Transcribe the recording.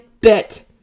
bit